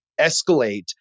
escalate